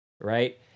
Right